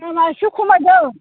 खोनाबाय इसे खमायदो